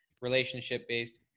relationship-based